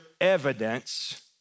evidence